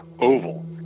oval